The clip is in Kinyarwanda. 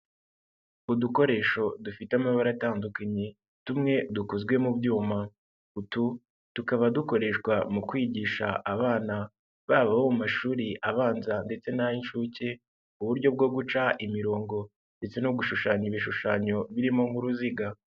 Udukoresho dufite amabara atandukanye tumwe dukozwe mu byuma, utu tukaba dukoreshwa mu kwigisha abana baba abo mu mashuri abanza ndetse n'ay'inshuke, uburyo bwo guca imirongo ndetse no gushushanya ibishushanyo birimo nk'uruziga.